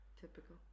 Typical